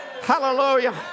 Hallelujah